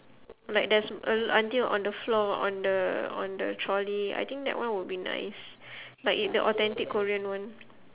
like there's a l~ until on the floor on the on the trolley I think that one would be nice like i~ the authentic korean one